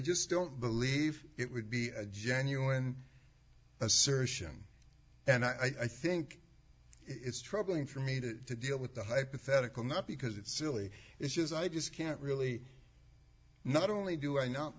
just don't believe it would be a genuine assertion and i think it's troubling for me to deal with the hypothetical not because it's silly issues i just can't really not only do i not